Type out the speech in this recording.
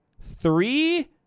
three